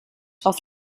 auf